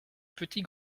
petit